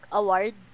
award